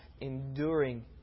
enduring